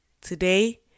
Today